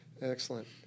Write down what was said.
Excellent